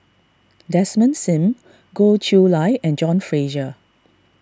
Desmond Sim Goh Chiew Lye and John Fraser